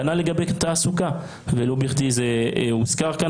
כנ"ל לגבי תעסוקה, ולא בכדי זה הוזכר כאן.